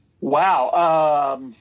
Wow